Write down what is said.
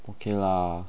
okay lah